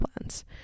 plans